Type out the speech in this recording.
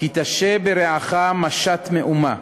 "כי תשה ברעך משאת מאומה,